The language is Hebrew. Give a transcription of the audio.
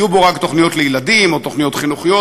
יהיו בו רק תוכניות לילדים או תוכניות חינוכיות,